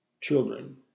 children